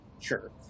Sure